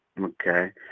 Okay